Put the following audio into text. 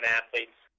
athletes